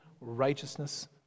righteousness